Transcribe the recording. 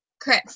Chris